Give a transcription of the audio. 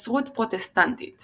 נצרות פרוטסטנטית